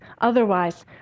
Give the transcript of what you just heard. otherwise